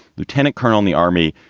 lieutenant colonel in the army,